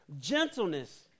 Gentleness